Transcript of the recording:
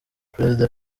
perezida